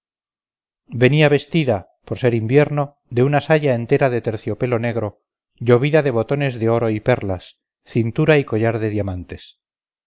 venía vestida por ser invierno de una saya entera de terciopelo negro llovida de botones de oro y perlas cintura y collar de diamantes